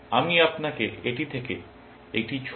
আমি আপনাকে এটি থেকে একটি ছোট ট্রি আঁকতে উত্সাহিত করব